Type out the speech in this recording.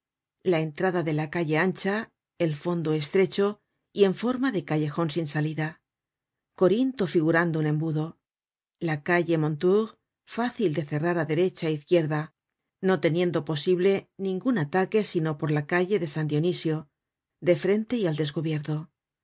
la entrada de la calle ancha el fondo estrecho y en forma de callejon sin salida corinto figurando un embudo la calle mondetour fácil de cerrar á derecha é izquierda no siendo posible ningun ataque sino por la calle de san dionisio es decir de frente y al descubierto